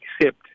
accept